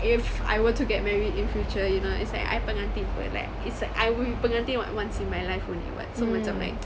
if I were to get married in future you know it's like I pengantin apa like it's like I will be pengantin wha~ once in my life only [what] so macam like